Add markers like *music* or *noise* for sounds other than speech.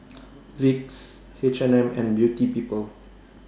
*noise* Vicks H and M and Beauty People